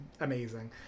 amazing